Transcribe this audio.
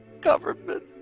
government